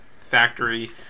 factory